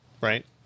right